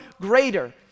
greater